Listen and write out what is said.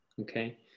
okay